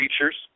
features